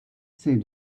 save